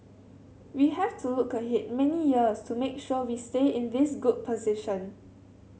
we have to look ahead many years to make sure we stay in this good position